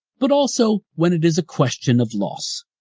but also when it is a question of loss.